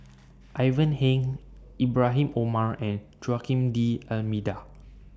Ivan Heng Ibrahim Omar and Joaquim D'almeida